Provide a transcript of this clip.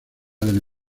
del